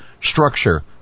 structure